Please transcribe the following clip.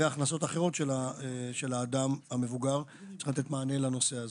והכנסות אחרות של האדם המבוגר חייבת להיות כזו שנותנת מענה לנושא הזה.